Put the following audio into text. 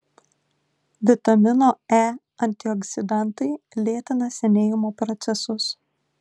vitamino e antioksidantai lėtina senėjimo procesus